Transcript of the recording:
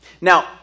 Now